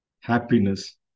happiness